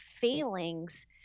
feelings